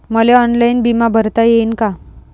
मले ऑनलाईन बिमा भरता येईन का?